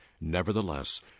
Nevertheless